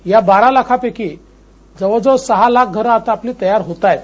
या बारा लाखापैकी जवळ जवळ सहा लाख घरं तयार होतायत